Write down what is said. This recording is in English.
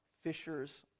Fishers